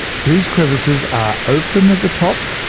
these crevices are open at the top,